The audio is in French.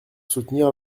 soutenir